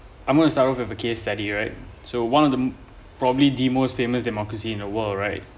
I'm gonna start of a case study right so one of the probably the most famous democracy in the world right